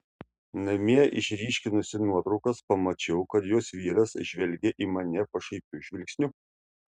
namie išryškinusi nuotraukas pamačiau kad jos vyras žvelgia į mane pašaipiu žvilgsniu